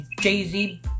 Jay-Z